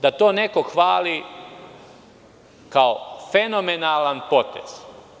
Da to neko hvali kao fenomenalan potez.